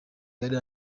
yari